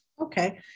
okay